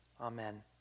Amen